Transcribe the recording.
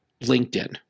LinkedIn